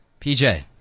PJ